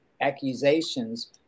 accusations